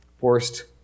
forced